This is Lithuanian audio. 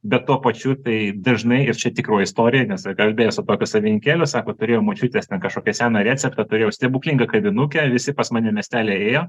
be tuo pačiu tai dažnai ir čia tikroi istorija nes ir kalbėsiu tokio savininkėlis sako turėjo močiutės ten kažkokią seną receptą turėjau stebuklingą kavinukę visi pas mane miestelyje ėjo